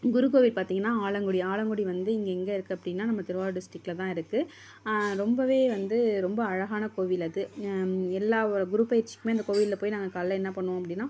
குரு கோவில் பார்த்தீங்கன்னா ஆலங்குடி ஆலங்குடி வந்து இங்கே எங்கே இருக்குது அப்படின்னா நம்ம திருவாரூர் டிஸ்ட்ரிகில்தான் இருக்குது ரொம்பவே வந்து ரொம்ப அழகான கோவில் அது எல்லா குருப்பெயர்ச்சிக்குமே அந்த கோயிலில் போய் நாங்கள் காலையில் என்ன பண்ணுவோம் அப்படின்னா